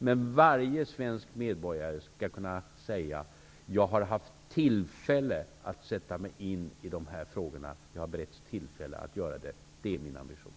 Men varje svensk medborgare skall kunna säga: Jag har beretts tillfälle att sätta mig in i de här frågorna. Det är min ambition.